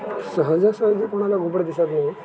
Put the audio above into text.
सहजासहजी कोणाला घुबड दिसत नाही